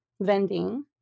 vending